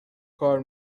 کار